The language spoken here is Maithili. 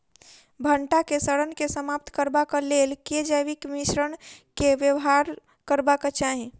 भंटा केँ सड़न केँ समाप्त करबाक लेल केँ जैविक मिश्रण केँ व्यवहार करबाक चाहि?